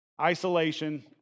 Isolation